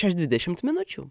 šias dvidešimt minučių